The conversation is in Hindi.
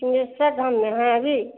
सिंहेश्वर धाम में हैं अभी